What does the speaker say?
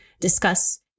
discuss